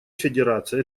федерация